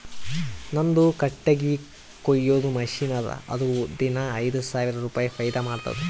ನಂದು ಕಟ್ಟಗಿ ಕೊಯ್ಯದ್ ಮಷಿನ್ ಅದಾ ಅದು ದಿನಾ ಐಯ್ದ ಸಾವಿರ ರುಪಾಯಿ ಫೈದಾ ಮಾಡ್ತುದ್